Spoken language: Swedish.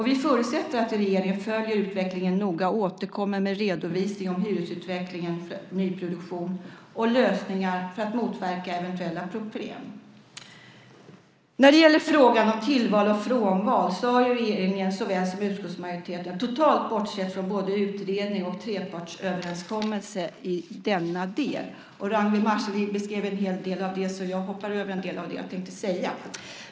Vi förutsätter att regeringen följer utvecklingen noga och återkommer med en redovisning av hyresutvecklingen för nyproduktionen och lösningar för att motverka eventuella problem. När det gäller frågan om tillval och frånval har regeringen såväl som utskottsmajoriteten totalt bortsett från både utredning och trepartsöverenskommelse i denna del. Ragnwi Marcelind beskrev en hel del av det, så jag hoppar över en del av det jag tänkte säga.